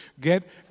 get